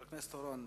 חבר הכנסת אורון.